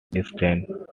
distance